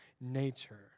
nature